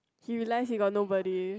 you realize you got nobody